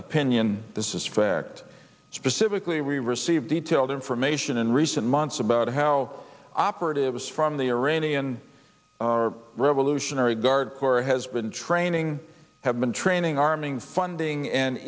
opinion this is fact specifically we received detailed information in recent months about how operatives from the iranian revolutionary guard corps has been training have been training arming funding and